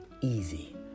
easy